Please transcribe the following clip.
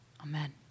Amen